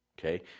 Okay